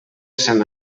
sant